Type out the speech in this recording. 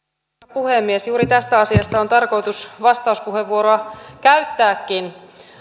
puhemies juuri tästä asiasta on tarkoitus vastauspuheenvuoro käyttääkin